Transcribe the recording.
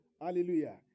Hallelujah